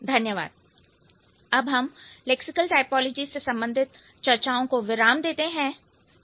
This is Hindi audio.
धन्यवाद अब हम लैक्सिकल टाइपोलॉजी से संबंधित चर्चाओं को विराम देते हैं